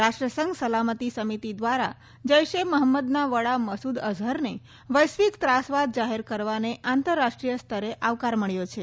રાષ્ટ્રસંઘ સલામતિ સમિતિ દ્વારા જૈશે મહંમદના વડા મસૂદ અઝહરને વૈશ્વિક ત્રાસવાદ જાહેર કરવાને આંતરરાષ્ટ્રીય સ્તરે આવકાર મળ્યો છે